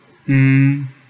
mm